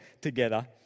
together